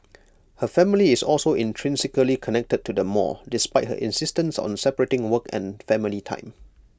her family is also intrinsically connected to the mall despite her insistence on separating work and family time